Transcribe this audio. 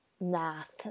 math